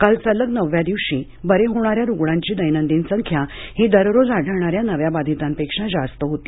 काल सलग नवव्या दिवशी बरे होणाऱ्या रुग्णांची दैनंदिन संख्या ही दररोज आढळणाऱ्या नव्या बाधितांपेक्षा जास्त होती